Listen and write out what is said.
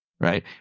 right